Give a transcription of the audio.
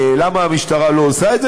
למה המשטרה לא עושה את זה?